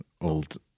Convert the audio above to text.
old